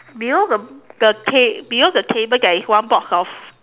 below the the ta~ below the table there is one box of